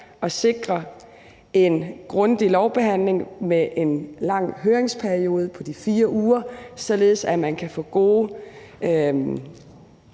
at sikre en grundig lovbehandling med en lang høringsperiode på de 4 uger, således at man kan få gode